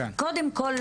קודם כל,